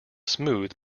smooth